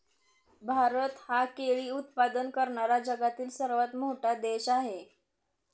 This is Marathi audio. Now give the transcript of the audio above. भारत हा केळी उत्पादन करणारा जगातील सर्वात मोठा देश आहे